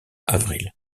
avril